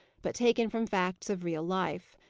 but taken from facts of real life.